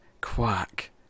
quack